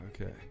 Okay